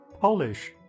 Polish